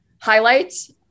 highlights